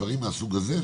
דברים מהסוג הזה,